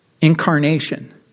Incarnation